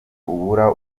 ubura